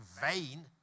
vain